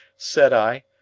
said i.